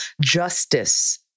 justice